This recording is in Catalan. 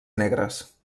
negres